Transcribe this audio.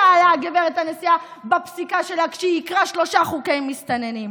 שאלה הגברת הנשיאה בפסיקה שלה כשהיא עיקרה שלושה חוקי מסתננים?